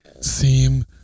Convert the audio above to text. seem